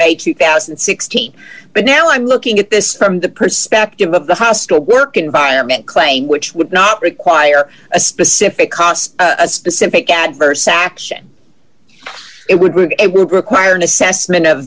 may two thousand and sixteen but now i'm looking at this from the perspective of the hostile work environment claim which would not require a specific cause a specific adverse action it would prove it would require an assessment of